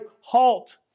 Halt